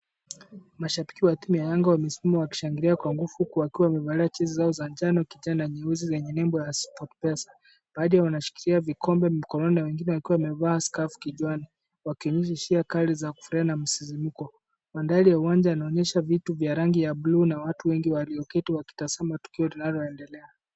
Mashabiki wa timu ya Yanga wamesimama wakishangilia kwa nguvu huku wakiwa wamevalia jezi zao za kijani, njano na nyeusi zenye nembo ya Sportpesa . Baadhi wanashikilia vikombe mkononi wakiwa wamevaa skafu kichwani wakionyesha hisia kali za furaha na msisimko. Mandhari ya uwanja yanaonyesha vitu vya rangi ya buluu na watu wengi walioketi wakitazama tukio linaloendelea.